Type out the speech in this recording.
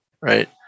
Right